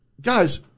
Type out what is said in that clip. guys